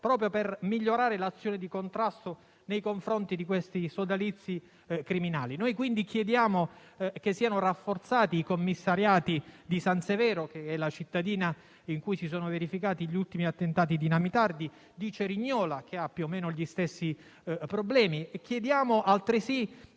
proprio per migliorare l'azione di contrasto nei confronti di quei sodalizi criminali. Quindi, chiediamo che siano rafforzati i commissariati di San Severo, che è la cittadina dove si sono verificati gli ultimi attentati dinamitardi, e di Cerignola, che ha più o meno gli stessi problemi. Chiediamo altresì